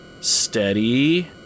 Steady